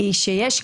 האחרון,